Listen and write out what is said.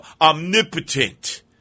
omnipotent